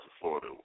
Florida